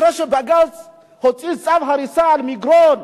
אחרי שבג"ץ הוציא צו הריסה על מגרון,